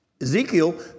Ezekiel